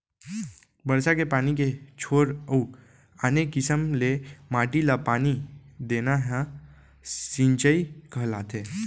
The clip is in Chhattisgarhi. बरसा के पानी के छोर अउ आने किसम ले माटी ल पानी देना ह सिंचई कहलाथे